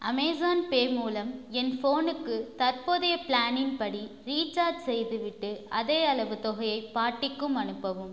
Amazon pay மூலம் என் ஃபோனுக்கு தற்போதைய பிளானின் படி ரீசார்ஜ் செய்துவிட்டு அதேயளவு தொகையை பாட்டிக்கும் அனுப்பவும்